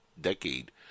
decade